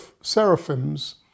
seraphims